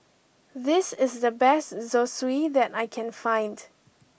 this is the best Zosui that I can find